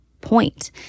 point